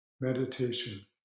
meditation